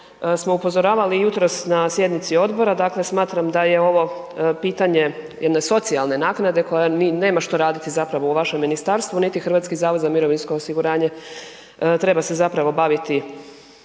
smo upozoravali jutros na sjednici odbora. Dakle, smatram da je ovo pitanje jedne socijalne naknade koja nema što zapravo raditi u vašem ministarstvu niti HZMO treba se baviti